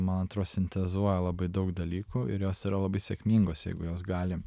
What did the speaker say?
man atrodo sintezuoja labai daug dalykų ir jos yra labai sėkmingos jeigu jos gali